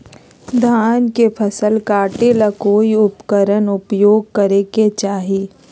धान के फसल काटे ला कौन उपकरण उपयोग करे के चाही?